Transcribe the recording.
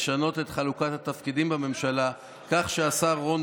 לשנות את חלוקת התפקידים בממשלה כך שהשר רון